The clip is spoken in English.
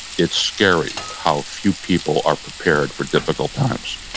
it's scary how few people are prepared for difficult times.